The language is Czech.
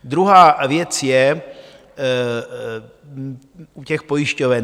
Druhá věc je u těch pojišťoven.